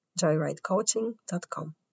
joyridecoaching.com